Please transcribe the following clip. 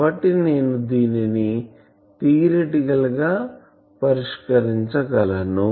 కాబట్టి నేను దీనిని థియరిటికల్ గా theoretical పరిష్కరించగలను